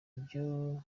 ibyo